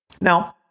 Now